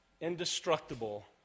indestructible